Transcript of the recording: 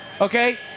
Okay